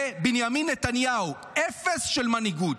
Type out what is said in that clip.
זה בנימין נתניהו, אפס של מנהיגות.